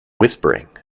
whispering